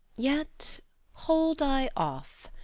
yet hold i off.